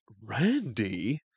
Randy